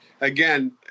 again